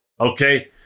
okay